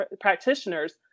practitioners